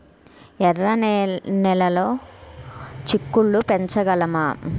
ఎర్ర నెలలో చిక్కుళ్ళు పెంచగలమా?